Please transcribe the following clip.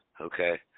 Okay